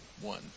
one